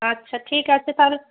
আচ্ছা ঠিক আছে তাহলে